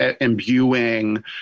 imbuing